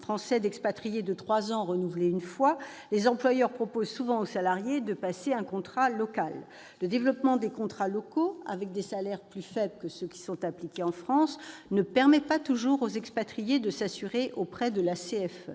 français d'expatrié de trois ans renouvelé une fois, les employeurs proposent souvent aux salariés de passer en contrat local. Le développement des contrats locaux, avec des salaires plus faibles que ceux qui sont octroyés en France, ne permet pas toujours aux expatriés de s'assurer auprès de la CFE.